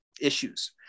issues